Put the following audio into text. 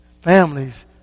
Families